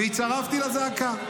והצטרפתי לזעקה.